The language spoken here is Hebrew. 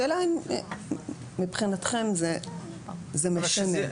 השאלה היא אם מבחינתכם זה משנה,